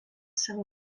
savo